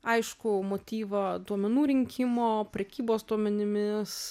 aiškų motyvą duomenų rinkimo prekybos duomenimis